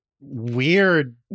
weird